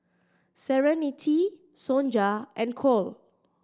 Serenity Sonja and Cole